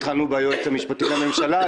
התחלנו ביועץ המשפטי לממשלה,